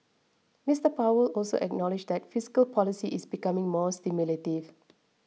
Mister Powell also acknowledged that fiscal policy is becoming more stimulative